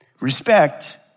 respect